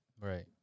right